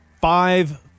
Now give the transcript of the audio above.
five